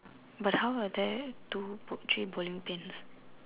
but how are there two three bowling pins